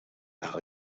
par